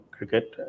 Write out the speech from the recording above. cricket